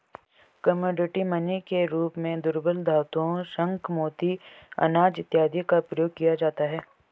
commodity money के रूप में दुर्लभ धातुओं शंख मोती अनाज इत्यादि का उपयोग किया जाता है